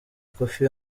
koffi